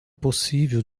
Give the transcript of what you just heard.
possível